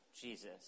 Jesus